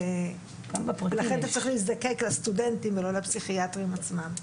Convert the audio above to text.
לכן אתה צריך להזדקק לסטודנטים ולא לפסיכיאטרים עצמם.